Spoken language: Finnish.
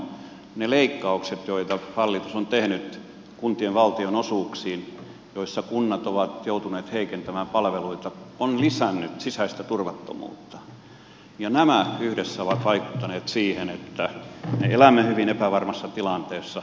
samoin ne leikkaukset joita hallitus on tehnyt kuntien valtionosuuksiin joissa kunnat ovat joutuneet heikentämään palveluita ovat lisänneet sisäistä turvattomuutta ja nämä yhdessä ovat vaikuttaneet siihen että me elämme hyvin epävarmassa tilanteessa